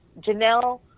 Janelle